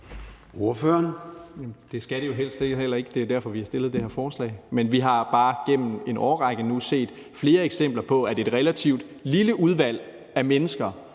Det skal det jo helst heller ikke. Det er derfor, vi har fremsat det her forslag. Men vi har bare gennem en årrække nu set flere eksempler på, at et relativt lille udvalg af mennesker